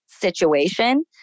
Situation